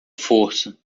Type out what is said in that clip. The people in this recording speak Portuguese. força